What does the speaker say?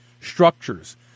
structures